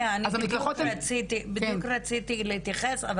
שנייה, אני בדיוק רציתי להתייחס.